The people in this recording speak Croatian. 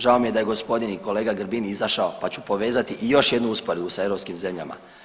Žao mi je da je gospodin i kolega Grbin izašao, pa ću povezati i još jednu usporedbu sa europskim zemljama.